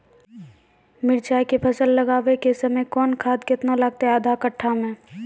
मिरचाय के फसल लगाबै के समय कौन खाद केतना लागतै आधा कट्ठा मे?